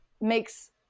makes